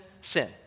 sin